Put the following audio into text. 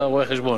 אתה רואה-חשבון.